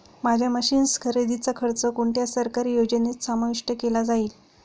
माझ्या मशीन्स खरेदीचा खर्च कोणत्या सरकारी योजनेत समाविष्ट केला जाईल?